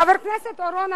חבר הכנסת אורון,